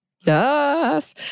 Yes